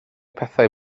pethau